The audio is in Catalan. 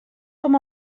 com